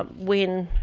um when,